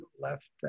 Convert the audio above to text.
left